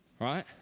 Right